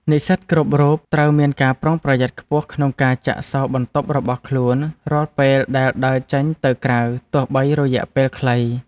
និស្សិតគ្រប់រូបត្រូវមានការប្រុងប្រយ័ត្នខ្ពស់ក្នុងការចាក់សោរបន្ទប់របស់ខ្លួនរាល់ពេលដែលដើរចេញទៅក្រៅទោះបីរយៈពេលខ្លី។